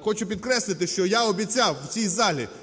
хочу підкреслити, що я обіцяв в цій залі